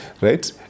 right